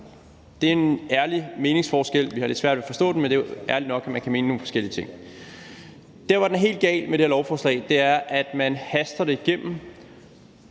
Det er en ærlig meningsforskel. Vi har lidt svært ved at forstå den, men det er jo ærligt nok, at man kan mene nogle forskellige ting. Der, hvor den er helt gal med det her lovforslag, er, at man haster det igennem.